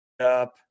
up